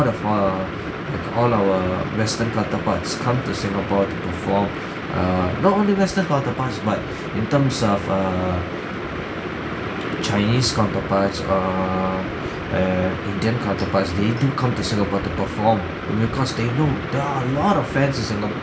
of err like all our western counterparts come to singapore to perform err not only western counterparts but in terms of err chinese counterparts err err indian counterparts they do come to singapore to perform because they know there are a lot of fans in singapore